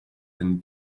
and